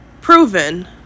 proven